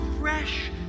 fresh